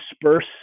disperse